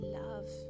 love